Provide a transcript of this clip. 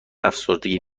افسردگی